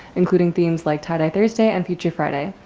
including themes like tie dye thursday mpg friday.